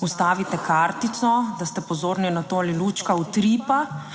ustavite kartico, da ste pozorni na to ali lučka utripa